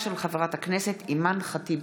תודה.